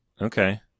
Okay